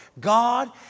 God